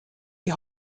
die